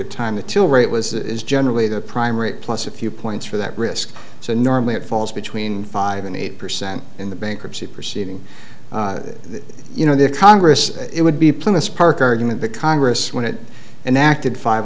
of time the till rate was is generally the prime rate plus a few points for that risk so normally it falls between five and eight percent in the bankruptcy proceeding you know the congress it would be plus park argument the congress when it and acted five